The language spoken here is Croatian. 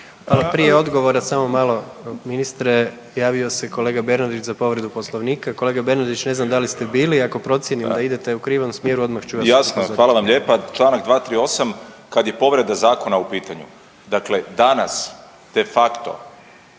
Prije odgovora, samo malo ministre, javio se kolega Bernardić za povredu Poslovnika. Kolega Bernardić, ne znam da li ste bili, ako procijenim da idete u krivom smjeru odmah ću vas upozoriti. **Bernardić, Davor (Nezavisni)** Jasno, hvala vam lijepa. Čl. 238., kad je povreda zakona u pitanju, dakle danas de facto